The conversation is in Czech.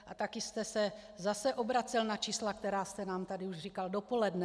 A taky jste se zase obracel na čísla, která jste nám tady už říkal dopoledne.